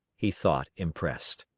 he thought, impressed.